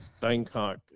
Bangkok